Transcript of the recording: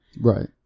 Right